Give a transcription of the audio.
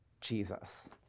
Jesus